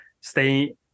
stay